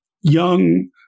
young